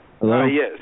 Hello